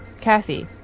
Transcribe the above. Kathy